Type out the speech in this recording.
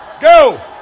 Go